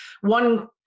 one